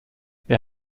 wer